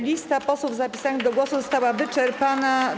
Lista posłów zapisanych do głosu została wyczerpana.